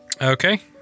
Okay